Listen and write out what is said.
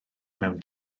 mewn